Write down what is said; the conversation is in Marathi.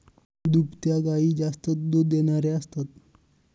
दुभत्या गायी जास्त दूध देणाऱ्या असतात